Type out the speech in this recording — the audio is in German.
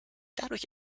dadurch